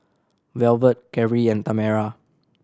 Velvet Carri and Tamera